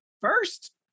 First